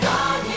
God